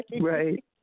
Right